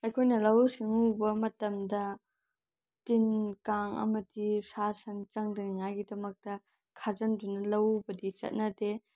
ꯑꯩꯈꯣꯏꯅ ꯂꯧꯎ ꯁꯤꯡꯎꯕ ꯃꯇꯝꯗ ꯇꯤꯟ ꯀꯥꯡ ꯑꯃꯗꯤ ꯁꯥ ꯁꯟ ꯆꯪꯗꯅꯤꯉꯥꯏꯒꯤꯗꯃꯛꯇ ꯈꯥꯖꯤꯟꯗꯨꯅ ꯂꯧ ꯎꯕꯗꯤ ꯆꯠꯅꯗꯦ